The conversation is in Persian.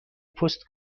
پست